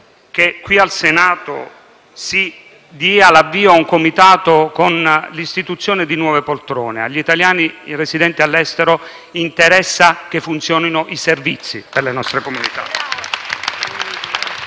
che qui al Senato si dia l'avvio a un Comitato, con l'istituzione di nuove poltrone. Agli italiani residenti all'estero interessa che funzionino i servizi per le nostre comunità.